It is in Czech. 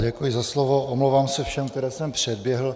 Já děkuji za slovo, omlouvám se všem, které jsem předběhl.